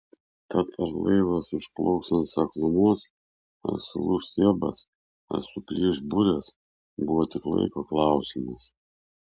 tad ar laivas užplauks ant seklumos ar sulūš stiebas ar suplyš burės buvo tik laiko klausimas